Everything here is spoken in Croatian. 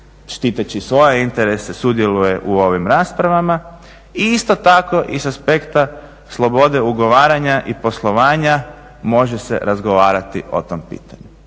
štiteći svoje interese sudjeluje u ovim raspravama i isto tako i sa aspekta slobode ugovaranja i poslovanja može se razgovarati o tom pitanju.